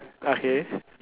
okay